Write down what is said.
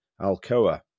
Alcoa